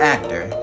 Actor